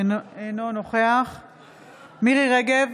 אינו נוכח מירי מרים רגב,